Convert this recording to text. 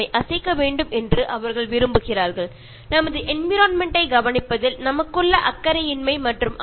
നമ്മളെ വളരെ ഗാഢനിദ്രയിൽ നിന്നും ഉണർത്താൻ ശ്രമിക്കുന്നവയാണ് ഇവയെല്ലാം